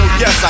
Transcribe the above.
yes